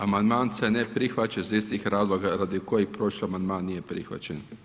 Amandman se ne prihvaća iz istih razloga radi kojih prošli amandman nije prihvaćen.